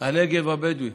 הנגב הבדואים.